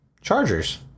Chargers